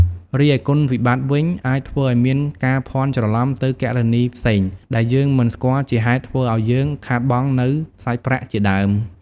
រីឯគុណវិបត្តិវិញ អាចធ្វើឲ្យមានការភាន់ច្រឡំទៅគណនីផ្សេងដែលយើងមិនស្គាល់ជាហេតុធ្វើឲ្យយើងខាតបង់នៅសាច់ប្រាក់ជាដើម។